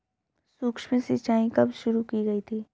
सूक्ष्म सिंचाई कब शुरू की गई थी?